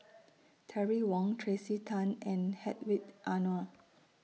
Terry Wong Tracey Tan and Hedwig Anuar